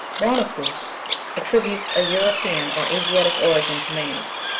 bonafous attributes a european or asiatic origin to maize.